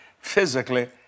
physically